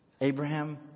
Abraham